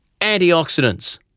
antioxidants